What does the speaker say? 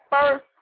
first